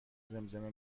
زمزمه